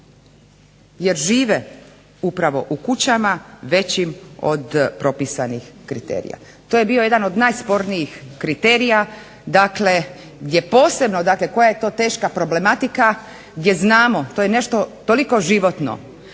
jer žive upravo u kućama većim od propisanih kriterija. To je bio jedan od najspornijih kriterija, dakle gdje posebno, dakle koja je to teška problematika, gdje znamo to je nešto toliko životno